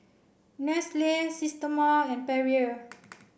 Nestle Systema and Perrier